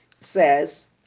says